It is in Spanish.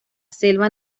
selva